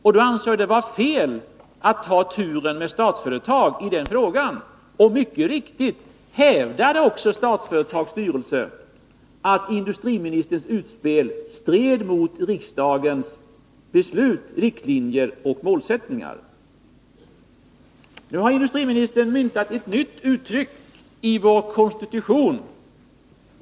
Jag ansåg det vara fel att ta turen med Statsföretag i den här frågan. Statsföretags styrelse hävdade också mycket riktigt, att industriministerns utspel stred mot riksdagens beslut om riktlinjer och målsättningar. Nu har industriministern myntat ett nytt uttryck i vår konstitution.